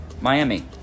Miami